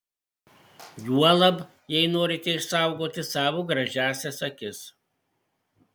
juolab jei norite išsaugoti savo gražiąsias akis